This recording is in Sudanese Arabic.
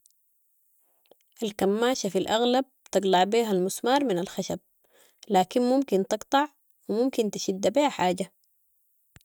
الكماشة في الاغلب تقلع بيها المسمار من الخشب، لكن ممكن تقطع و ممكن تشد بيها حاجة.